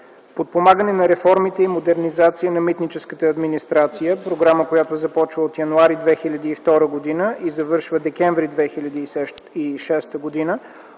„Подпомагане на реформите и модернизация на митническата администрация” – програма, която започва от януари 2002 г. и завършва през декември 2006 г.